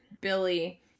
Billy